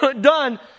done